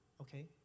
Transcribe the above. okay